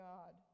God